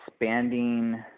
expanding